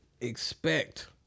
expect